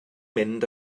mynd